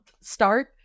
start